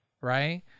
right